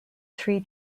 three